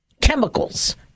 chemicals